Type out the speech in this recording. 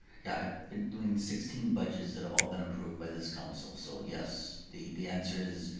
yeah, i've been doing sixteen budgets that have all been approved by this council, so yes. the the answer is,